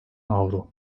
avro